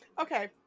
Okay